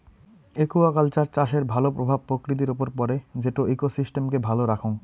aquaculture চাষের ভাল প্রভাব প্রকৃতির উপর পড়ে যেটো ইকোসিস্টেমকে ভালো রাখঙ